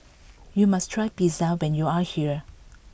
you must try Pizza when you are here